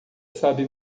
sabe